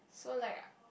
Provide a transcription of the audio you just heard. so like